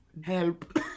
help